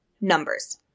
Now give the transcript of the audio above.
Numbers